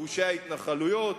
גושי ההתנחלויות,